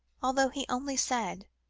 although he only said